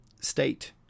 state